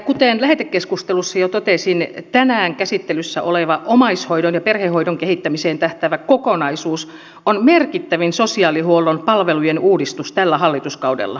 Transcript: kuten lähetekeskustelussa jo totesin tänään käsittelyssä oleva omaishoidon ja perhehoidon kehittämiseen tähtäävä kokonaisuus on merkittävin sosiaalihuollon palvelujen uudistus tällä hallituskaudella